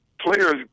players